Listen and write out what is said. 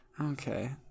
Okay